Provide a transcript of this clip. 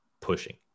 pushing